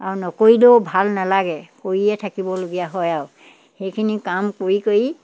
আৰু নকৰিলেও ভাল নেলাগে কৰিয়ে থাকিবলগীয়া হয় আৰু সেইখিনি কাম কৰি কৰি